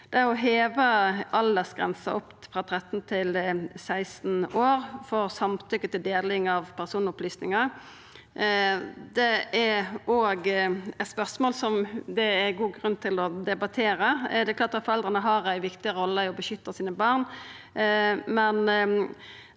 i. Å heva aldersgrensa frå 13 til 16 år for samtykke til deling av personopplysningar er òg eit spørsmål det er god grunn til å debattera. Det er klart at foreldra har ei viktig rolle i å beskytta barna